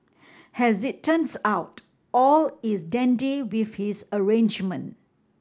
as it turns out all is dandy with this arrangement